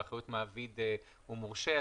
באחריות מעביד או מורשה.